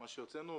מה שהוצאנו,